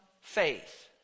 faith